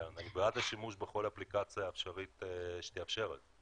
אני בעד השימוש בכל אפליקציה אפשרית שתאפשר את זה.